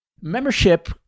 Membership